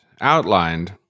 outlined